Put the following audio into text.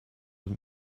und